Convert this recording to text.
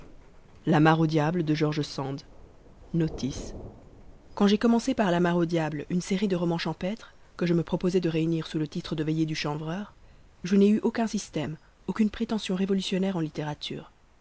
notice quand j'ai commencé par la mare au diable une série de romans champêtres que je me proposais de réunir sous le titre de veillées du chanvreur je n'ai eu aucun système aucune prétention révolutionnaire en littérature